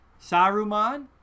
Saruman